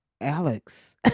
Alex